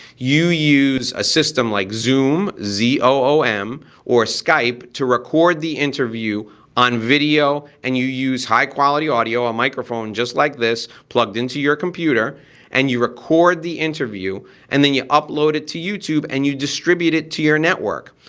you use a system like zoom, z o o m, or skype to record the interview on video and you use high quality audio, a microphone just like this, plugged into your computer and you record the interview and then you upload it to youtube and you distribute it to your network.